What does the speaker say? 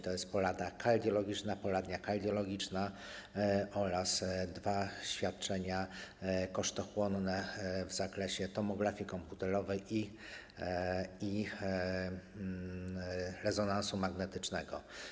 To jest porada kardiologiczna, poradnia kardiologiczna oraz dwa świadczenia kosztochłonne w zakresie tomografii komputerowej i rezonansu magnetycznego.